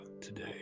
today